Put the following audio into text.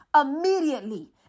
Immediately